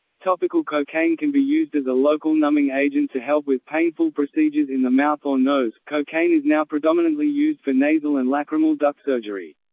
topical cocaine can be used as a local numbing agent to help with painful procedures in the mouth or nose cocaine is now predominantly used for nasal and lacrimal duct surgery.